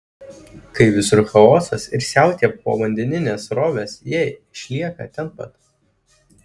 kai visur chaosas ir siautėja povandeninės srovės jie išlieka ten pat